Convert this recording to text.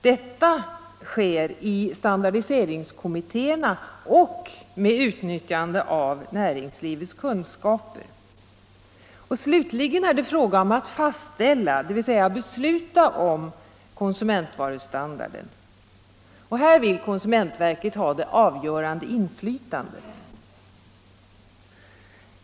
Detta sker i standardiseringskommittéerna och med utnyttjande av näringslivets kunskaper. Slutligen är det fråga om att fastställa, dvs. besluta, om konsumentvarustandarden. Här vill konsumentverket ha det avgörande inflytandet.